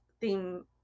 theme